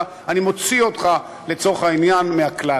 אני מוציא אותך לצורך העניין מהכלל.